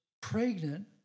pregnant